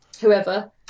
whoever